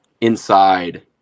inside